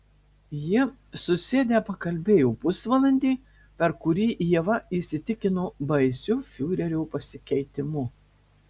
jie susėdę pakalbėjo pusvalandį per kurį ieva įsitikino baisiu fiurerio pasikeitimu